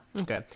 Okay